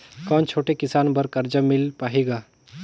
कौन छोटे किसान बर कर्जा मिल पाही ग?